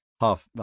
half